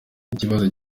ikibazo